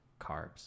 carbs